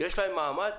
יש להם מעמד?